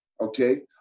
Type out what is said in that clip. Okay